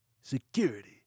security